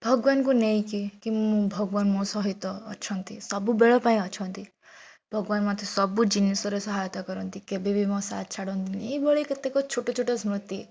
ଭଗବାନଙ୍କୁ ନେଇକି କି ମୁଁ ଭଗବାନ ମୋ ସହିତ ଅଛନ୍ତି ସବୁବେଳ ପାଇଁ ଅଛନ୍ତି ଭଗବାନ ମୋତେ ସବୁ ଜିନିଷରେ ସହାୟତା କରନ୍ତି କେବେ ବି ମୋ ସାଥ୍ ଛାଡ଼ନ୍ତିନି ଏଇଭଳି କେତେକ ଛୋଟଛୋଟ ସ୍ମୃତି